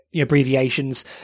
abbreviations